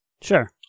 sure